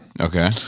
Okay